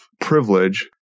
privilege